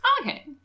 okay